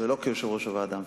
ולא כיושב-ראש הוועדה המסדרת.